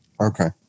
Okay